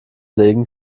segen